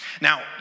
Now